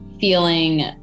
feeling